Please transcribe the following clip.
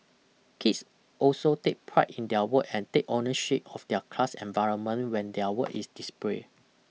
kids also take pride in their work and take ownership of their class environment when their work is displayed